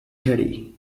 teddy